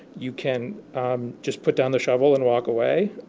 you can just put down the shovel and walk away.